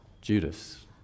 Judas